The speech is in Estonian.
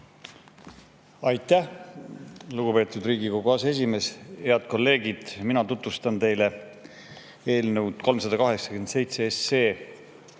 Aitäh, lugupeetud Riigikogu aseesimees! Head kolleegid! Mina tutvustan teile eelnõu 387,